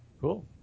Cool